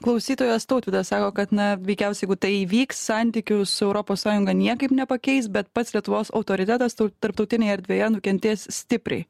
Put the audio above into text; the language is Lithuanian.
klausytojas tautvydas sako kad na veikiausiai jeigu tai įvyks santykių su europos sąjunga niekaip nepakeis bet pats lietuvos autoritetas tarptautinėj erdvėje nukentės stipriai